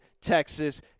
Texas